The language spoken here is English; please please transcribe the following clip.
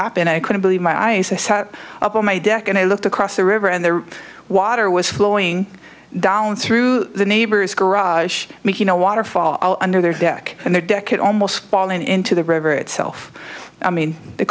happened i couldn't believe my eyes i sat up on my deck and i looked across the river and the water was flowing down through the neighbor's garage making a waterfall under their deck and the deck it almost falling into the river itself i mean the